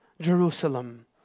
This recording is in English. Jerusalem